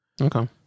Okay